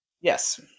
yes